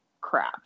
crap